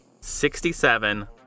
sixty-seven